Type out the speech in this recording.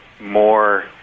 more